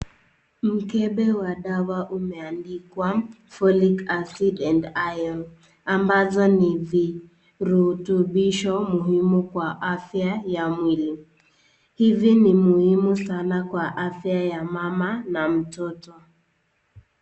Mkebe wa dawa umeandikwa Folic acid & Iron ambazo ni virutubisho muhimu kwa afya ya mwili. Hivi ni muhimu sana kwa afya ya mama na mtoto.